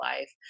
life